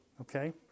Okay